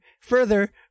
further